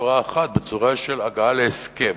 בצורה אחת, בצורה של הגעה להסכם.